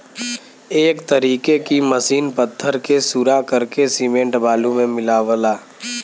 एक तरीके की मसीन पत्थर के सूरा करके सिमेंट बालू मे मिलावला